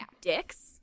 Dicks